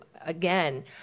again